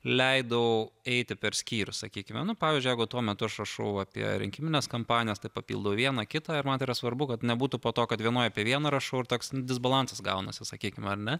leidau eiti per skyrus sakykime nu pavyzdžiui jeigu tuo metu aš rašau apie rinkimines kampanijas tai papildau viena kitą ir man tai yra svarbu kad nebūtų po to kad vienoj apie vieną rašau ir toks disbalansas gaunasi sakykim ar ne